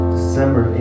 December